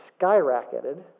skyrocketed